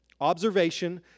Observation